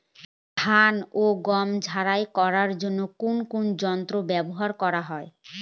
ধান ও গম ঝারাই করার জন্য কোন কোন যন্ত্র ব্যাবহার করা হয়?